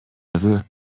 aveu